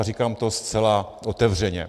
Říkám to zcela otevřeně.